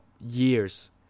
years